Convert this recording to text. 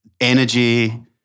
energy